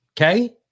Okay